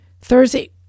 Thursday